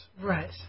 Right